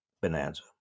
bonanza